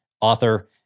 author